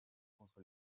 contre